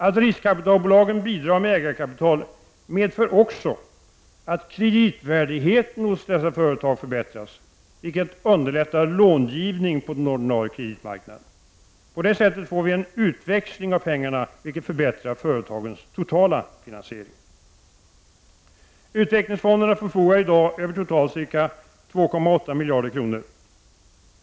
Att riskkapitalbolagen bidrar med ägarkapital medför också att kreditvärdigheten hos dessa företag förbättras, vilket underlättar långivning på den ordinarie kreditmarknaden. På det sättet får vi en utväxling på pengarna, vilket förbättrar företagens totala finansiering. Utvecklingsfonderna förfogar i dag över totalt 2,8 miljarder kronor.